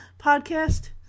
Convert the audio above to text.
Podcast